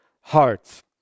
hearts